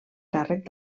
càrrec